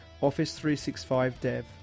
Office365Dev